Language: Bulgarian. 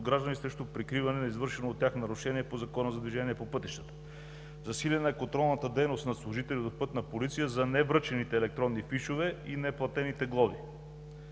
от граждани срещу прикриване на извършено от тях нарушение по Закона за движение по пътищата. Засилена е контролната дейност на служителите от „Пътна полиция“ за невръчените електронни фишове и неплатените глоби.